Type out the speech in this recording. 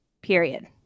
period